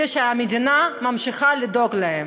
אלא המדינה ממשיכה לדאוג להם.